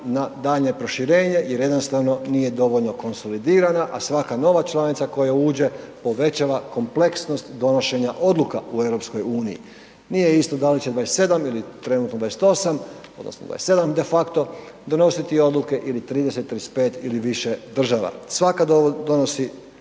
na daljnje proširenje jer jednostavno nije dovoljno konsolidirana, a svaka nova članica koja uđe povećava kompleksnost donošenja odluka u EU. Nije isto da li će 27 ili trenutno 28 odnosno 27 de facto donositi odluke ili 30, 35 ili više država, svaka donosi